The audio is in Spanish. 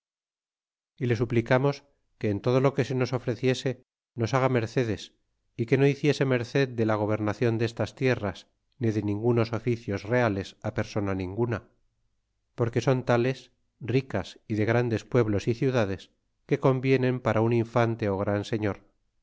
y le suplicamos que en todo lo que se nos ofreciese nos haga mercedes y que no hiciese merced de la gobernacion destas tierras ni de ningunos oficios reales persona ninguna porque son tales ricas y de grandes pueblos y ciudades que convienen para un infante e gran señor